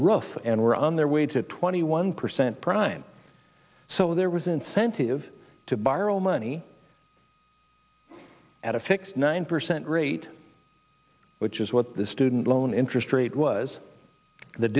rough and were on their way to twenty one percent prime so there was incentive to borrow money at a fixed nine percent rate which is what the student loan interest rate was th